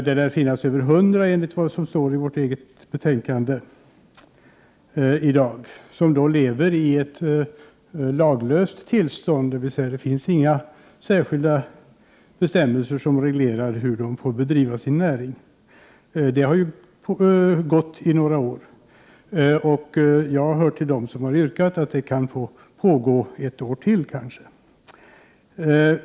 Det lär finnas över 100 mäklare i dag enligt vad som står i betänkandet, som lever i ett laglöst tillstånd, dvs. att det inte finns några särskilda bestämmelser som reglerar hur de skall bedriva sin näring. Det har gått några år. Jag tillhör dem som yrkar att verksamheten kan få pågå ett år till.